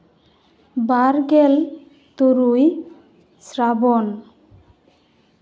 ᱵᱟᱨᱜᱮᱞ ᱛᱩᱨᱩᱭ ᱥᱨᱟᱵᱚᱱ